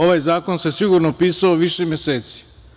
Ovaj zakon se sigurno pisao više meseci.